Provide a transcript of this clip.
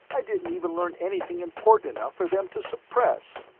i didn't even learn anything important enough for them to suppress.